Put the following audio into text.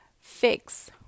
fix